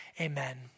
amen